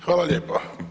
Hvala lijepa.